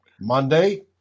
Monday